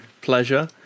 pleasure